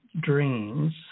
Dreams